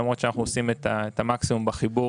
למרות שאנחנו עושים את המקסימום בחיבור